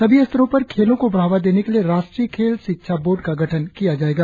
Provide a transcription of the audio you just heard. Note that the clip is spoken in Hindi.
सभी स्तरो पर खेलो को बढ़ावा देने के लिए राष्ट्रीय खेल शिक्षा बोर्ड का गठन किया जाएगा